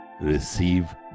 receive